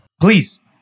please